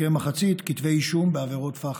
כמחצית כתבי האישום, בעבירות פח"ע.